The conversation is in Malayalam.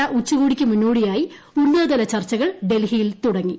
ഇന്ത്യ ചൈന ഉച്ചകോടിക്ക് മുന്നോടിയായി ഉന്നതതല ചർച്ചകൾ ഡൽഹിയിൽ തുടങ്ങി